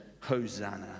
Hosanna